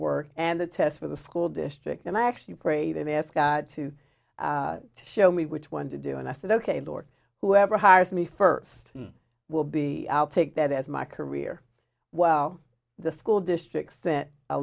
work and the test for the school district and i actually prayed and asked god to show me which one to do and i said ok lord whoever hires me first will be out take that as my career well the school districts